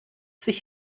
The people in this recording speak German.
sich